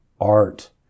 art